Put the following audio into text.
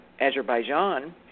Azerbaijan